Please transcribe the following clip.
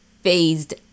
phased